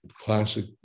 classic